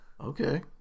Okay